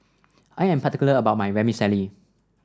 I am particular about my Vermicelli